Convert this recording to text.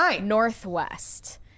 Northwest